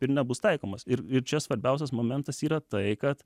ir nebus taikomas ir ir čia svarbiausias momentas yra tai kad